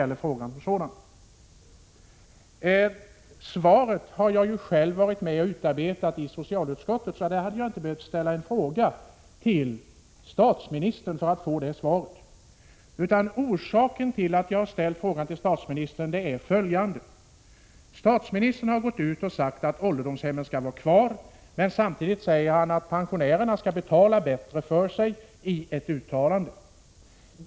Det svar som statsrådet ger har jag själv varit med om att utarbeta i socialutskottet, så jag hade inte behövt ställa en fråga till statsministern för att få det svar jag har fått. Orsaken till att jag ställde frågan till statsministern är följande. Statsministern har gått ut och sagt att ålderdomshemmen skall vara kvar. Samtidigt säger han i ett uttalande att pensionärerna skall betala bättre för sig.